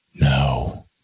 No